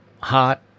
Hot